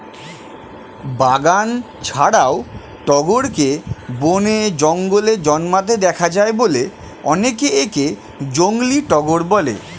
বাগান ছাড়াও টগরকে বনে, জঙ্গলে জন্মাতে দেখা যায় বলে অনেকে একে জংলী টগর বলে